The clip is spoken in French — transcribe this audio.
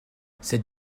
cette